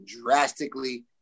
drastically